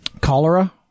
Cholera